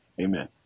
Amen